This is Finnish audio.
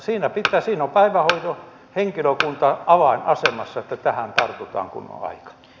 siinä on päivähoidon henkilökunta avainasemassa että tähän tartutaan kun on aika